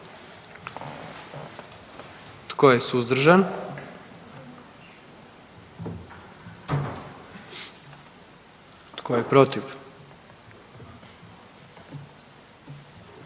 Tko je suzdržan? I tko je protiv?